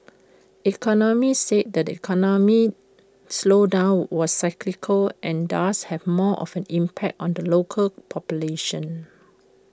economists said the economic slowdown was cyclical and thus had more of an impact on the local population